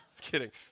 kidding